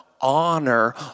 honor